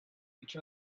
each